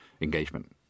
engagement